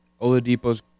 Oladipo's